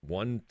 one